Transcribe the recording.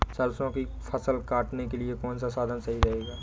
सरसो की फसल काटने के लिए कौन सा साधन सही रहेगा?